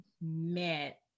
met